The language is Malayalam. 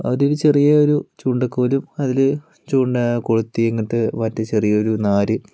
അവര് ഒരു ചെറിയ ഒരു ചൂണ്ടക്കോൽ അതിലെ ചൂണ്ട കൊളുത്തി അങ്ങനത്തെ മറ്റേ ചെറിയൊരു നാര്